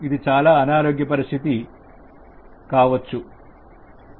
ఇది చాలా అనారోగ్య పరిస్థితి కావచ్చు